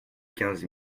quinze